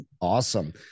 Awesome